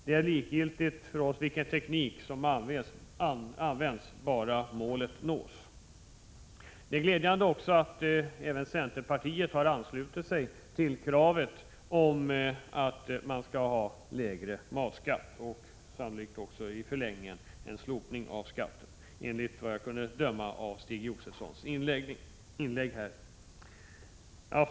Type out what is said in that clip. Det är likgiltigt vilken typ av åtgärder som används, bara målet nås. Det är glädjande att även centerpartiet har anslutit sig till kravet på lägre matskatt och sannolikt också i förlängningen ett slopande av denna skatt, enligt vad jag kunde döma av Stig Josefsons inlägg. Fru talman!